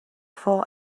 full